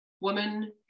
woman